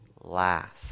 last